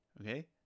Okay